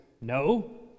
no